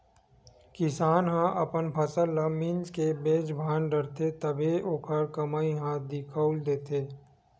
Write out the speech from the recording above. किसान ह अपन फसल ल मिंज के बेच भांज डारथे तभे ओखर कमई ह दिखउल देथे